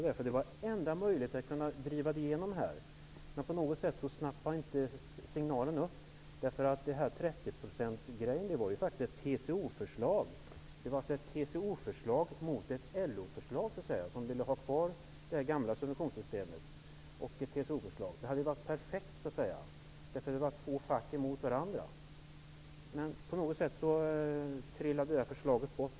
Det var enda möjligheten att kunna driva igenom det här, men på något sätt snappade han inte upp signalen. 30 procentsregeln var ett TCO-förslag, som stod mot ett LO-förslag där man ville ha kvar det gamla subventionssystemet. Det hade varit perfekt, när det var två fack emot varandra. Men på något sätt föll förslaget bort.